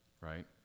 right